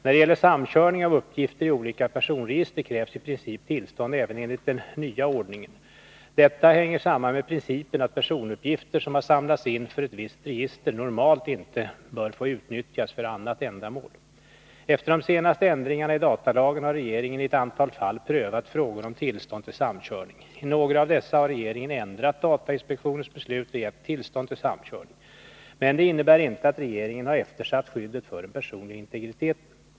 När det gäller samkörning av uppgifter i olika personregister krävs i princip tillstånd även enligt den nya ordningen. Detta hänger samman med principen att personuppgifter som har samlats in för ett visst register normalt inte bör få utnyttjas för något annat ändamål. Efter de senaste ändringarna i datalagen har regeringen i ett antal fall prövat frågor om tillstånd till samkörning. I några av dessa har regeringen ändrat datainspektionens beslut och gett tillstånd till samkörning. Men detta innebär inte att regeringen har eftersatt skyddet för den personliga integriteten.